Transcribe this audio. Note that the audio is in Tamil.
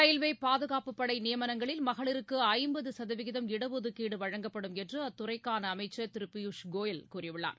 ரயில்வேபாதுகாப்புப் படைநியமனங்களில் மகளிருக்குஐம்பதுசதவீதம் இடஒதுக்கீடுவழங்கப்படும் என்றுஅத்துறைக்கானஅமைச்சர் திருபியூஷ் கோயல் கூறியுள்ளார்